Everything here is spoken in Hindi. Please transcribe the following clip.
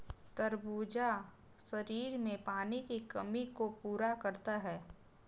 खरबूजा शरीर में पानी की कमी को पूरा करता है